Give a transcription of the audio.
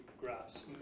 graphs